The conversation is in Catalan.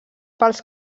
pels